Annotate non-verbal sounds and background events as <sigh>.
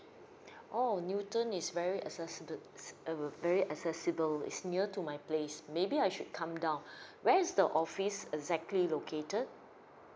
orh newton is very accessi~ uh very accessible is near to my place maybe I should come down <breath> where is the office exactly located